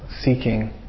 seeking